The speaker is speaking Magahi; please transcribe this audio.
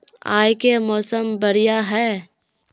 आय के मौसम बढ़िया है?